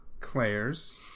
claire's